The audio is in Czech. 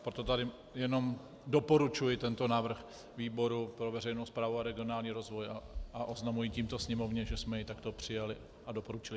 Proto jenom doporučuji tento návrh výboru pro veřejnou správu a regionální rozvoj a oznamuji tímto Sněmovně, že jsme jej takto přijali a doporučili.